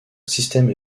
système